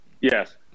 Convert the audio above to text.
Yes